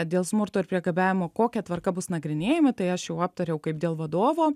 dėl smurto ir priekabiavimo kokia tvarka bus nagrinėjami tai aš jau aptariau kaip dėl vadovo